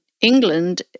England